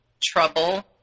trouble